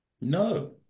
No